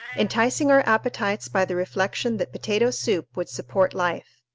enticing our appetites by the reflection that potato soup would support life.